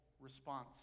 response